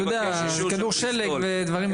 זה כדור שלג, ודברים מתגלגלים.